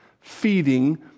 feeding